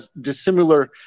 dissimilar